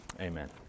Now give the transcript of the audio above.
Amen